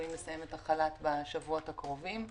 ומצטרפת לדברי חבר הכנסת לוי לגבי העובדים,